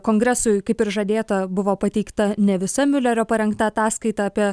kongresui kaip ir žadėta buvo pateikta ne visa miulerio parengta ataskaita apie